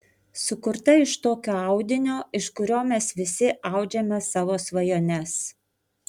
sukurta iš tokio audinio iš kurio mes visi audžiame savo svajones